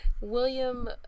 William